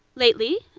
lately,